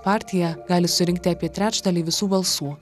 partija gali surinkti apie trečdalį visų balsų